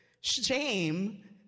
shame